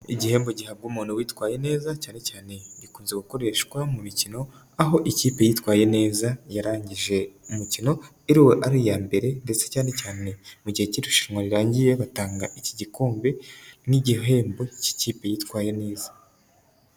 Igihembo gihabwa umuntu witwaye neza cyane cyane gikunze gukoreshwa mu mikino, aho ikipe yitwaye neza yarangije umukino ari iya mbere ndetse cyane cyane mu gihe cy'irushanwa rirangiye batanga iki gikombe nk'igihembo cy'ikipe yitwaye neza.